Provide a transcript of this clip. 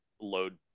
load